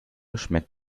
schmeckt